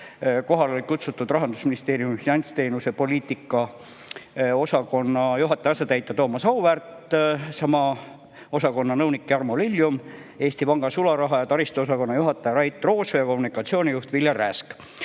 Kohale olid kutsutud Rahandusministeeriumi finantsteenuste poliitika osakonna juhataja asetäitja Thomas Auväärt, sama osakonna nõunik Jarmo Lilium, Eesti Panga sularaha- ja taristuosakonna juhataja Rait Roosve ja [Eesti Panga] kommunikatsioonijuht Viljar Rääsk.